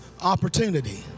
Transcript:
Opportunity